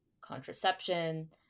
contraception